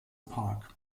park